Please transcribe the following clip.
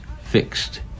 fixed